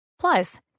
Plus